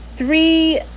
Three